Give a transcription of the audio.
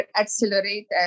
accelerate